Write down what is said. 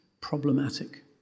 problematic